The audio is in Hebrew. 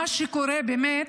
מה שקורה באמת,